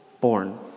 born